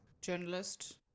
journalist